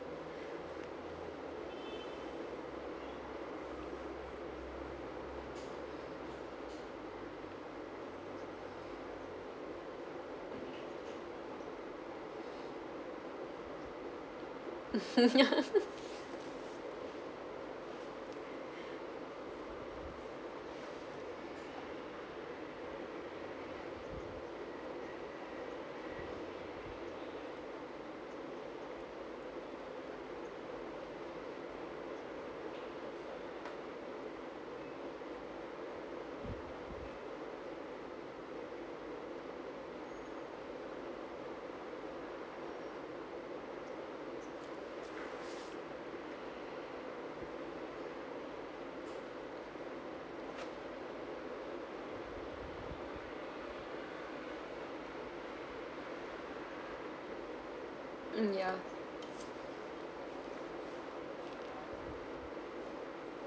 ya mm ya